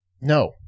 no